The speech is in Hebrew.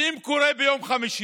ואם זה קורה ביום חמישי,